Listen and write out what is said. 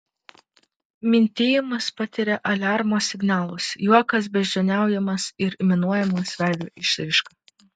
mintijimas patiria aliarmo signalus juokas beždžioniaujamas ir minuojamas veido išraiška